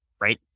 right